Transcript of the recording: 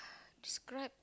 describe